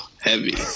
heavy